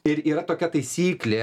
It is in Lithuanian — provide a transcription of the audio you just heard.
ir yra tokia taisyklė